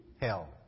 hell